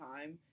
time